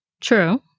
True